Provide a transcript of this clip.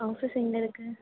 office எங்கே இருக்குது